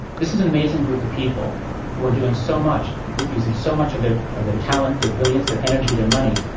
this is an amazing group of people who are doing so much, using so much of their of their talent, their brilliance, their energy, their money,